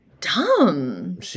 Dumb